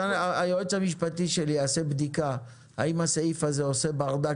היועץ המשפטי שלי יעשה בדיקה האם הסעיף הזה עושה ברדק